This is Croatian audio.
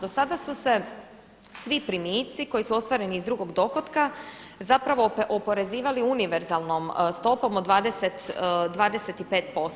Dosada su se svi primici koji su ostvareni iz drugog dohotka zapravo oporezivali univerzalnom stopom od 25%